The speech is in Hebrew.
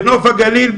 בנוף הגליל,